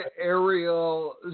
aerial